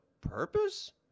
purpose